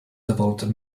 developed